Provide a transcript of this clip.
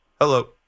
hello